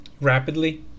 rapidly